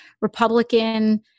Republican